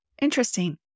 interesting